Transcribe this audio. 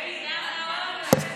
מתעורר.